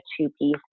two-piece